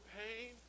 pain